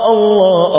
Allah